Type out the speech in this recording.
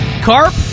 Carp